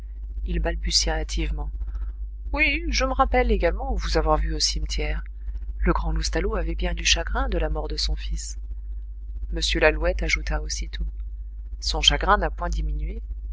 il balbutia hâtivement oui je me rappelle également vous avoir vu au cimetière le grand loustalot avait bien du chagrin de la mort de son fils m lalouette ajouta aussitôt son chagrin n'a point diminué